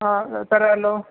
ആ തരാമല്ലോ